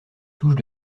touche